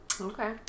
okay